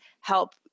help